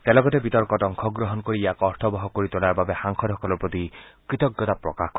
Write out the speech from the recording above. তেওঁ লগতে বিতৰ্কত অংশগ্ৰহণ কৰি ইয়াক অৰ্থবহ কৰি তোলাৰ বাবে সাংসদসকলৰ প্ৰতি কৃতজ্ঞতা প্ৰকাশ কৰে